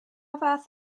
fath